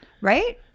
Right